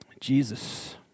Jesus